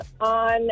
on